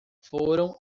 foram